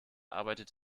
arbeitet